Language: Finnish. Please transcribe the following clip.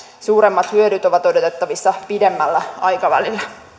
suuremmat hyödyt ovat odotettavissa pidemmällä aikavälillä